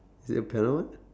is it the piano one